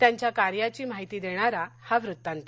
त्यांच्या कार्याची माहिती देणारा हा वत्तांत